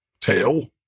tail